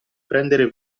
prendere